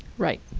right,